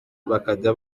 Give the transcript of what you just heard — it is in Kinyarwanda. bakajya